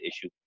issue